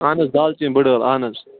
اَہَن حظ دالہٕ چیٖن بٔڑٕ ٲل اَہَن حظ